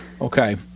okay